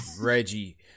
Reggie